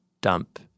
dump